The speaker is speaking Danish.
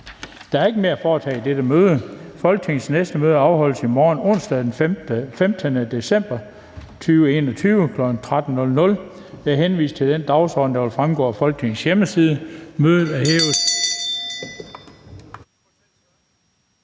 Der er ikke mere at foretage i dette møde. Folketingets næste møde afholdes i morgen, onsdag den 15. december 2021, kl. 13.00. Jeg henviser til den dagsorden, der vil fremgå af Folketingets hjemmeside. Mødet er hævet.